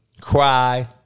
Cry